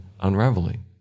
unraveling